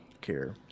care